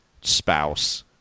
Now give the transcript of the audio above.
spouse